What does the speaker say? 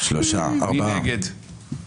מי נגד?